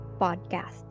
podcast